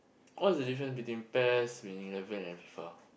what's the difference between Pes between and Fifa